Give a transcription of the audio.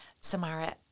Samara